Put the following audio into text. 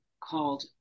called